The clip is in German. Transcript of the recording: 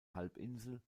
halbinsel